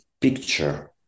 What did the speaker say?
picture